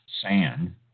sand